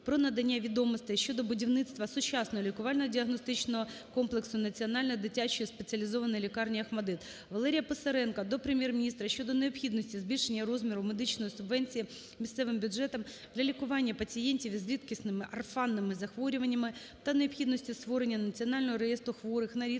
про надання відомостей щодо будівництва сучасного лікувально-діагностичного комплексу Національної дитячої спеціалізованої лікарні "ОХМАТДИТ". Валерія Писаренка до Прем'єр-міністра щодо необхідності збільшення розміру медичної субвенції місцевим бюджетам для лікування пацієнтів із рідкісними (орфанними) захворюваннями та необхідності створення Національного реєстру хворих на рідкісні